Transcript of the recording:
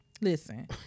Listen